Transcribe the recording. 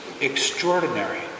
extraordinary